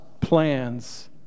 plans